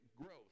growth